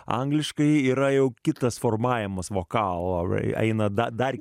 angliškai yra jau kitas formavimas vokalo o eina dar